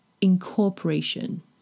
incorporation